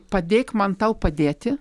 padėk man tau padėti